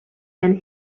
and